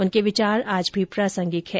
उनके विचार आज भी प्रासंगिक है